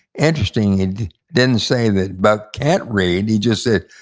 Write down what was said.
interesting, he didn't say that buck can't read. he just said,